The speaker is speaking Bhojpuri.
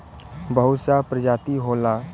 बहुत सा प्रजाति होला